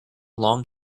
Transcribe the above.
long